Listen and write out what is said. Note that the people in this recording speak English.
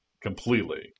completely